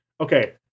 Okay